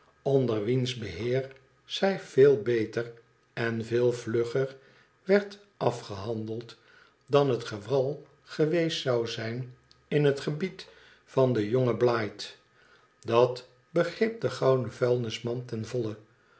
onder wiens beheer zij veel beter en veel vlugger werd afgehandeld dan het geval geweest zou zijn in het gebied van den jongen blight dat begreep de gouden vuilnisman ten volle